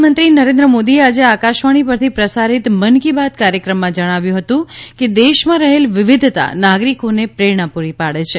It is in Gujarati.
પ્રધાનમંત્રી નરેન્દ્ર મોદીએ આજે આકાશવાણી પરથી પ્રસારિત મન કી બાત કાર્યક્રમમાં જણાવ્યું હતું કે દેશમાં રહેલ વિવિધતા નાગરીકોને પ્રેરણા પૂરી પાડે છે